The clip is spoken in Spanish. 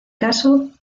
caso